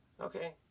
Okay